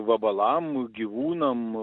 vabalam gyvūnam